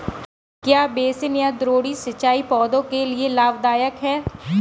क्या बेसिन या द्रोणी सिंचाई पौधों के लिए लाभदायक है?